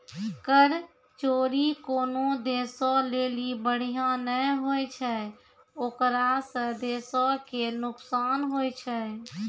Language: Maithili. कर चोरी कोनो देशो लेली बढ़िया नै होय छै ओकरा से देशो के नुकसान होय छै